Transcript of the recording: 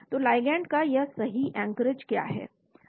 तो लिगेंड का यह सही एंकर क्या है